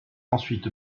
ensuite